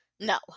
No